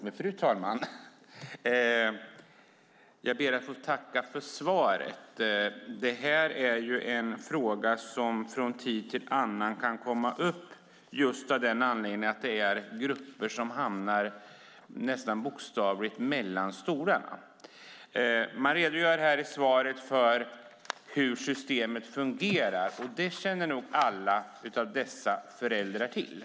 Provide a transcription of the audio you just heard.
Fru talman! Jag ber att få tacka för svaret. Detta är en fråga som från tid till annan kan komma upp just av anledningen att det handlar om grupper som hamnar nästan bokstavligen mellan stolarna. Man redogör i svaret för hur systemet fungerar. Det känner nog alla dessa föräldrar till.